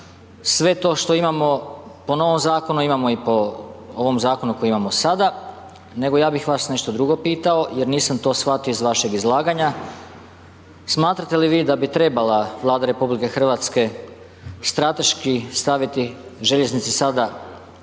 sve to što imamo po novom zakonu imamo i po ovom zakonu koji imamo sada. Nego ja bih vas nešto drugo pitao nego nisam to shvatio iz vašeg izlaganja. Smatrate li vi da bi trebala Vlada RH strateški staviti željeznice sada